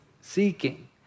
seeking